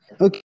Okay